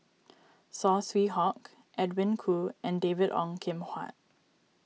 Saw Swee Hock Edwin Koo and David Ong Kim Huat